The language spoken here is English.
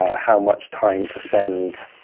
how much time to spend